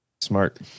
Smart